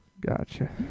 Gotcha